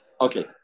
Okay